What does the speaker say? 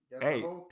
hey